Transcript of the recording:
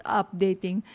updating